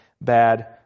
bad